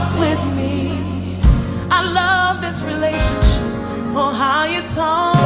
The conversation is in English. with me i love this relationship oh, how you talk